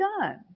done